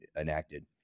enacted